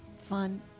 fun